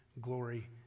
glory